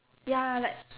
ya like